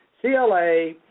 CLA